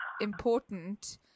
important